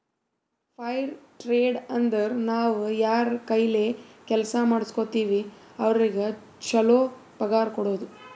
fire trade ಅಂದುರ್ ನಾವ್ ಯಾರ್ ಕೈಲೆ ಕೆಲ್ಸಾ ಮಾಡುಸ್ಗೋತಿವ್ ಅವ್ರಿಗ ಛಲೋ ಪಗಾರ್ ಕೊಡೋದು